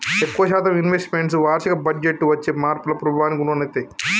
ఎక్కువ శాతం investments వార్షిక బడ్జెట్టు వచ్చే మార్పుల ప్రభావానికి లోనయితయ్యి